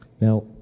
Now